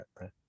right